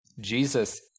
Jesus